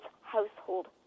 household